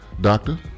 Doctor